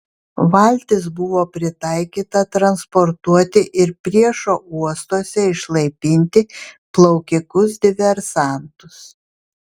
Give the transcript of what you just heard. valtis buvo pritaikyta transportuoti ir priešo uostuose išlaipinti plaukikus diversantus